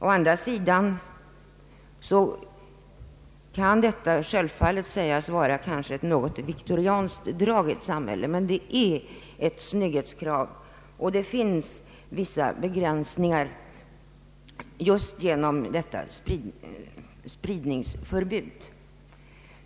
Å andra sidan kan detta självfallet sägas vara ett något viktorianskt drag i ett samhälle, men det är ett snygghetskrav, och det finns vissa begränsningar just genom detta spridningsförbud.